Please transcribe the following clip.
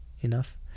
enough